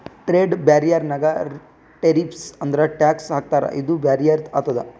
trade barrier ನಾಗ್ tariffs ಅಂದುರ್ tax ಹಾಕ್ತಾರ ಇದು ಬ್ಯಾರಿಯರ್ ಆತುದ್